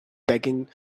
begging